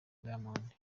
diamond